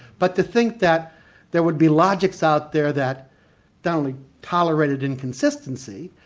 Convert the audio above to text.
but to think that there would be logics out there that not only tolerated inconsistency,